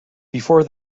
before